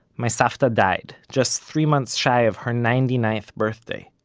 my savta died, just three months shy of her ninety-ninth birthday.